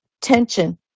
tension